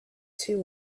two